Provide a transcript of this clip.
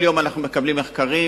כל יום אנחנו מקבלים מחקרים,